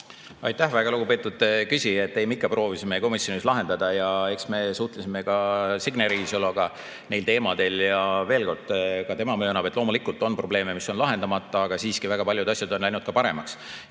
Aitäh, väga lugupeetud küsija! Ei, me ikka proovisime komisjonis lahendada. Eks me suhtlesime ka Signe Riisaloga neil teemadel. Veel kord: ka tema möönab, et loomulikult on probleeme, mis on lahendamata, aga siiski on väga paljud asjad läinud paremaks.